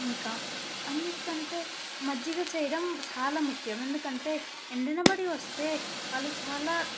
ఇంకా అన్నింటికంటే మజ్జిగ చేయడం చాలా ముఖ్యం ఎందుకంటే ఎండనపడి వస్తే వాళ్ళు చాలా